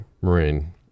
Marine